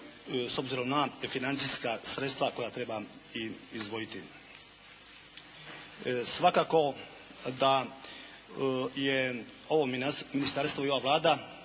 s obzirom na financijska sredstva koja treba i izdvojiti. Svakako da je ovo ministarstvo i ova Vlada